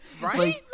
right